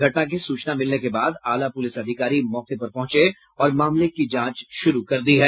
घटना की सूचना मिलने के बाद आला पुलिस अधिकारी मौके पर पहुंचे और मामले की जांच शुरु कर दी है